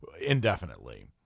indefinitely